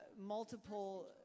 multiple